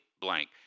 blank